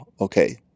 okay